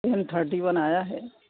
one thirty one آیا ہے